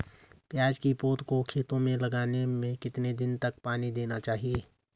प्याज़ की पौध को खेतों में लगाने में कितने दिन तक पानी देना चाहिए?